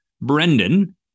Brendan